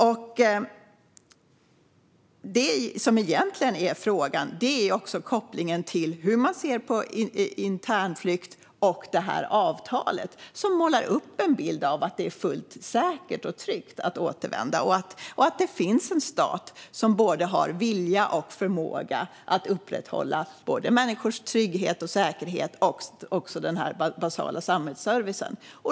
Frågan gäller egentligen också kopplingen mellan hur man ser på internflykt och det här avtalet, som målar upp en bild av att det är fullt säkert och tryggt att återvända och att det finns en stat som har både vilja och förmåga att upprätthålla såväl människors trygghet och säkerhet som den basala samhällsservicen.